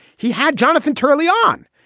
he had jonathan turley on.